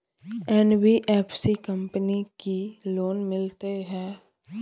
NBFC company की loan मिलते है?